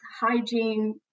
hygiene